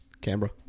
Canberra